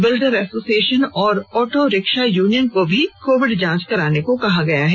builder association और auto rickshaw union को भी कोरोना जांच कराने को कहा गया है